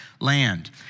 land